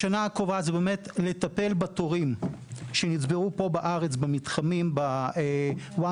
לשנה הקרובה זה באמת לטפל בתורים שנצברו פה בארץ במתחמי ה- .One